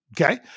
Okay